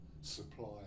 supply